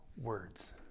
words